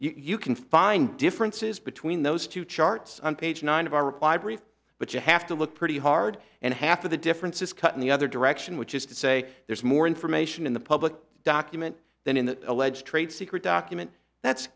what you can find differences between those two charts on page nine of our reply brief but you have to look pretty hard and half of the difference is cut in the other direction which is to say there's more information in the public document than in that alleged trade secret document that's